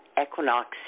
equinox